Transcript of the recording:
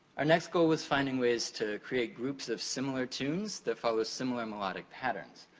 our next goal was finding ways to create groups of similar tunes that follow similar melodic patterns.